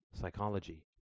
psychology